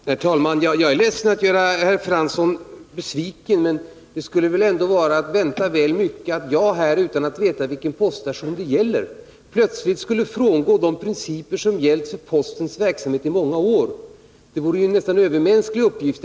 Herr talman! Jag är ledsen över att behöva göra herr Fransson besviken. Men det skulle väl ändå vara att vänta väl mycket att jag, utan att veta vilken poststation frågan gäller, plötsligt skulle frångå de principer som gällt för postens verksamhet i många år — det vore ju en nästan övermänsklig uppgift.